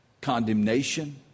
condemnation